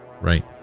right